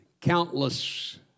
countless